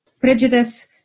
prejudice